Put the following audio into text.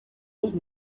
would